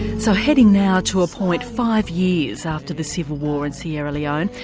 so heading now to a point five years after the civil war in sierra leone,